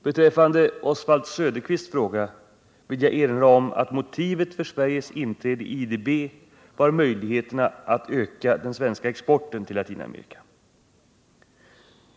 Beträffande Oswald Söderqvists fråga vill jag erinra om att motivet för Sveriges inträde i IDB var möjligheterna att öka den svenska exporten till Latinamerika.